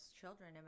children